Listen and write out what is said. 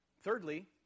thirdly